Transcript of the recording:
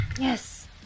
Yes